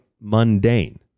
mundane